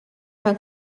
from